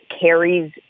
carries